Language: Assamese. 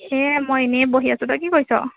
এই মই এনেই বহি আছো তই কি কৰিছ